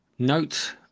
Note